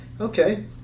okay